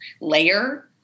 layer